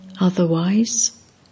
Otherwise